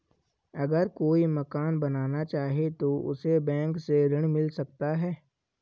अगर कोई मकान बनाना चाहे तो उसे बैंक से ऋण मिल सकता है?